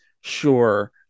sure